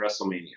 WrestleMania